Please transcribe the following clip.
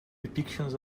depictions